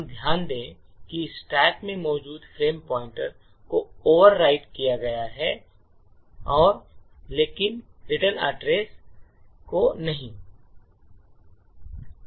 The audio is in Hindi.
हम ध्यान दें कि स्टैक में मौजूद फ़्रेम पॉइंटर को ओवरराइट किया गया है लेकिन रिटर्न एड्रेस को नहीं